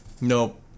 Nope